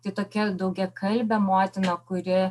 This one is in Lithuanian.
tai tokia daugiakalbė motina kuri